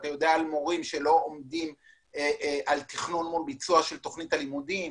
אתה ידוע על מורים שלא עומדים על תכנון מול ביצוע של תכנית הלימודים.